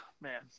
man